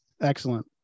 Excellent